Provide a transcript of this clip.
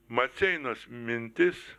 maceinos mintis